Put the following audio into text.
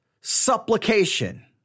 supplication